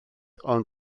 ond